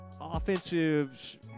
offensive